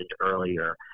earlier